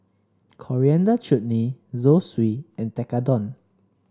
Coriander Chutney Zosui and Tekkadon